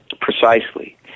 Precisely